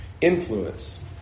influence